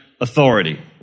authority